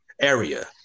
area